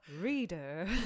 reader